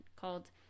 called